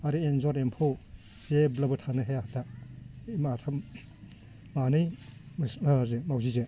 आरो एन्जर एम्फौ जेब्लाबो थांनो हाया दा माथाम मानै मावजिजों